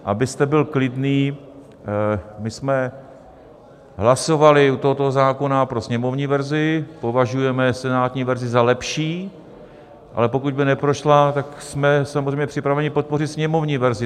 Abyste byl klidný, my jsme hlasovali u tohoto zákona pro sněmovní verzi považujeme senátní verzi za lepší, ale pokud by neprošla, tak jsme samozřejmě připraveni podpořit sněmovní verzi.